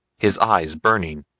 his eyes burning.